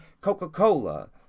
Coca-Cola